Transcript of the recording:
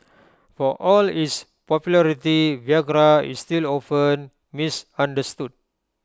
for all its popularity Viagra is still often misunderstood